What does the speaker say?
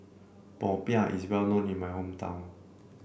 Popiah is well known in my hometown